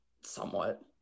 Somewhat